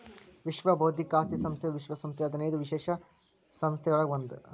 ವಿಶ್ವ ಬೌದ್ಧಿಕ ಆಸ್ತಿ ಸಂಸ್ಥೆಯು ವಿಶ್ವ ಸಂಸ್ಥೆಯ ಹದಿನೈದು ವಿಶೇಷ ಸಂಸ್ಥೆಗಳೊಳಗ ಒಂದ್